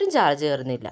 ഒട്ടും ചാർജ് കയറുന്നില്ല